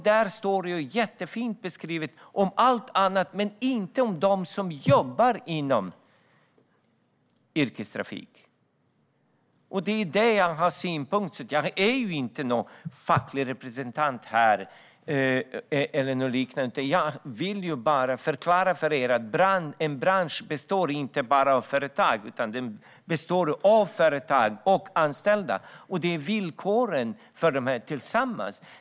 Där står allt annat jättefint beskrivet, men det står inget om dem som jobbar inom yrkestrafiken. Det är det jag har synpunkter på. Jag är inte någon facklig representant eller något liknande här. Jag vill bara förklara för er att en bransch inte bara består av företag. Den består av företag och anställda. Det handlar om villkoren för dem tillsammans.